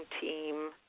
team